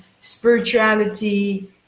spirituality